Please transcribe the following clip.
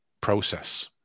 process